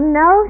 no